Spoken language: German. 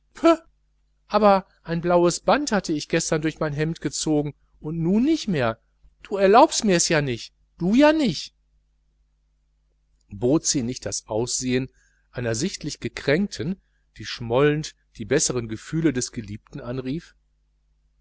aber ein blaues band hatt ich gestern durch mein hemd gezogs un nu nich mehr du erlaubs mirs ja nich du ja nich bot sie nicht das aussehen einer sichtlich gekränkten die schmollend die bessern gefühle des geliebten anrief